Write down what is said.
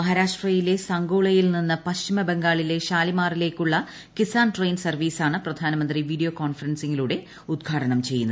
മഹാരാഷ്ട്രയിലെ സംഗോളയിൽ നിന്ന് പശ്ചിമ ബംഗാളിലെ ഷാലിമാറിലേക്കുള്ള കിസാൻ ട്രെയിൻ സർവീസാണ് പ്രധാനമന്ത്രി വീഡിയോ കോൺഫറൻസിംഗിലൂടെ ഉദ്ഘാടനം ചെയ്യുന്നത്